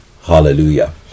Hallelujah